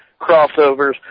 crossovers